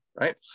right